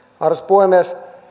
arvoisa puhemies